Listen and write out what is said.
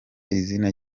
izina